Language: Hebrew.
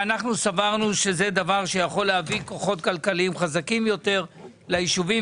סברנו שזה דבר שיכול להביא כוחות כלכליים חזקים יותר ליישובים,